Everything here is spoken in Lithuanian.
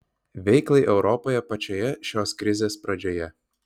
veiklai europoje pačioje šios krizės pradžioje